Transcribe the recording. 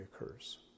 occurs